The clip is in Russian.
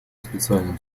специальном